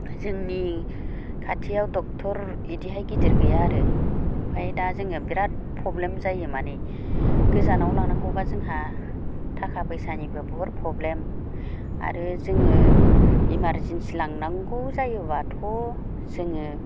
जोंनि खाथियाव दक्ट'र बिदिहाय गिदिर गैया आरो ओमफ्राय दा जोङो बिरात प्रब्लेम जायो माने गोजानाव लांनांगौबा जोंहा थाखा फैसानिबो बहुत प्रब्लेम आरो जोङो इमारजेन्सि लांनांगौ जायोबाथ' जोङो